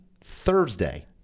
Thursday